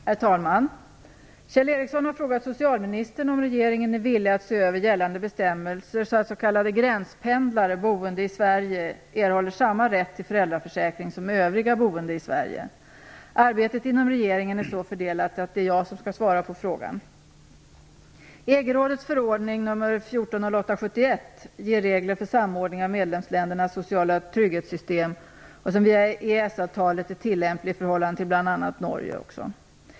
Herr talman! Kjell Ericsson har frågat socialministern om regeringen är villig att se över gällande bestämmelser så att s.k. gränspendlare boende i Sverige erhåller samma rätt till föräldraförsäkring som övriga boende i Sverige. Arbetet inom regeringen är så fördelat att det är jag som skall svara på frågan. EG-rådets förordning nr 1408/71 ger regler för samordning av medlemsländernas sociala trygghetssystem, vilken via EES-avtalet är tillämplig också i förhållande till bl.a. Norge.